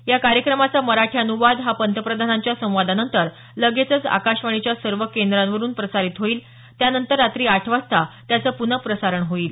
या कार्यक्रमाचा मराठी अनुवाद हा पंतप्रधानांच्या संवादानंतर लगेचच आकाशवाणीच्या सर्व केंद्रांवरून प्रसारीत होईल त्यानंतर रात्री आठ वाजता त्याचं प्नःप्रसारण होईल